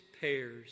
pairs